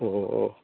ഓ ഓ ഓ